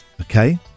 okay